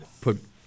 put